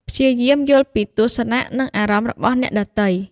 ព្យាយាមយល់ពីទស្សនៈ និងអារម្មណ៍របស់អ្នកដទៃ។